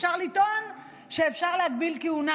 אפשר לטעון שאפשר להגביל כהונה,